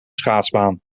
schaatsbaan